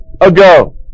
ago